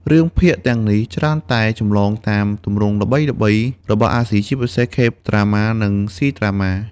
រឿងភាគទាំងនេះច្រើនតែចម្លងតាម ទម្រង់ល្បីៗ របស់អាស៊ី ជាពិសេស K-Drama និង C-Drama។